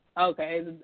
okay